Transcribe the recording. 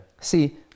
See